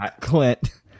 Clint